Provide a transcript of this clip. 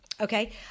Okay